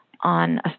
on